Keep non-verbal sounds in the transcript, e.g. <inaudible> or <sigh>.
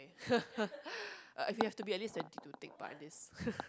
<laughs> uh you have to be at least twenty to take part in this